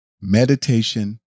meditation